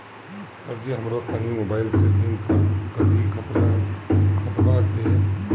सरजी हमरा तनी मोबाइल से लिंक कदी खतबा के